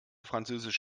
französisch